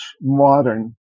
modern